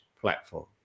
platform